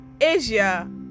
Asia